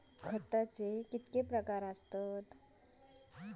खताचे कितके प्रकार असतत?